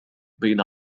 بين